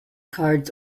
cards